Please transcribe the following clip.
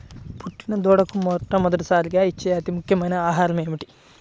పుట్టిన దూడకు మొట్టమొదటిసారిగా ఇచ్చే అతి ముఖ్యమైన ఆహారము ఏంటి?